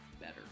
better